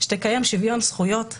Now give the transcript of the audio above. שתקיים שוויון זכויות חברתי,